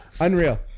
unreal